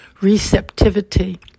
receptivity